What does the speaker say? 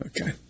okay